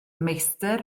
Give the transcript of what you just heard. meistr